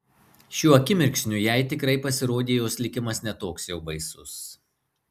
šiuo akimirksniu jai tikrai pasirodė jos likimas ne toks jau baisus